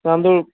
तांदूळ